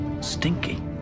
Stinky